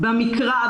במקרא,